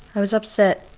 i was upset.